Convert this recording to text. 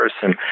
person